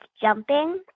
jumping